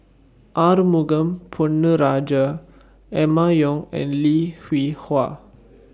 Arumugam Ponnu Rajah Emma Yong and Lim Hwee Hua